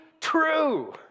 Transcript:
true